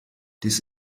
dies